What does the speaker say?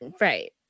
Right